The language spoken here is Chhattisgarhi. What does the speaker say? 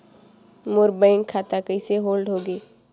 मोर बैंक खाता कइसे होल्ड होगे?